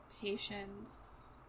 patience